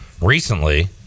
recently